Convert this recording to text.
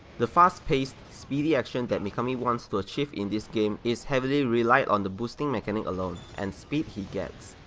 the face-paced speedy action that mikami wants to achieve in this game is heavily relied on the boosting mechanic alone, and speed he gets.